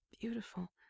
beautiful